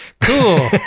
cool